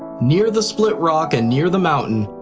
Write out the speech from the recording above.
near the split rock and near the mountain,